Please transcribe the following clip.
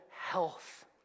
health